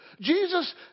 Jesus